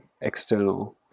external